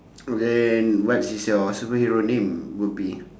and what's is your superhero name would be